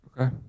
Okay